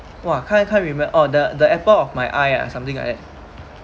!wah! can't can't remember oh the the apple of my eye ah something like that